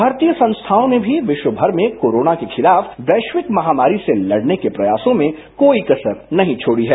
भारतीय संस्थाओं ने भी विश्व भर में कोरोना के खिलाफ वैश्विक महामारी से लड़ने के प्रयासों में कोई कसर नहीं छोड़ी है